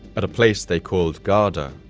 at a place they called garda,